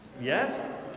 Yes